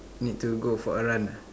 need to go for a run ah